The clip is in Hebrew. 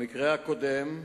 במקרה הקודם,